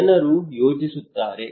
ಜನರು ಯೋಚಿಸುತ್ತಾರೆ